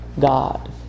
God